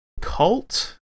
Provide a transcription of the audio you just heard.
cult